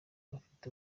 bafite